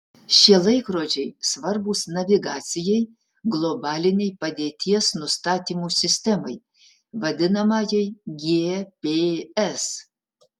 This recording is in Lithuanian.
šie laikrodžiai svarbūs navigacijai globalinei padėties nustatymo sistemai vadinamajai gps